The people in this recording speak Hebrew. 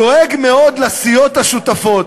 דואג מאוד לסיעות השותפות,